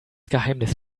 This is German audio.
geheimnis